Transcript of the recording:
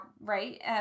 right